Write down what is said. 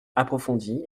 approfondie